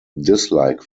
dislike